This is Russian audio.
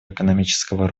экономического